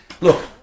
look